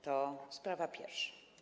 To sprawa pierwsza.